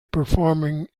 performing